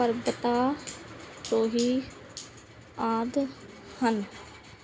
ਪਰਬਤਾਂ ਰੋਹੀ ਆਦਿ ਹਨ